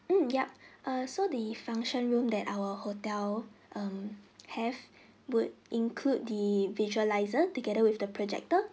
mm yup err so the function room that our hotel um have would include the visualizers together with the projector